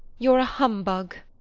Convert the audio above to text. you're a humbug.